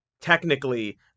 technically